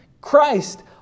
Christ